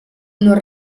non